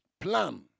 plan